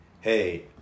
Hey